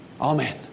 Amen